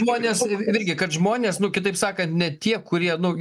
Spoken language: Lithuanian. žmonės virgi kad žmonės nu kitaip sakant ne tie kurie nu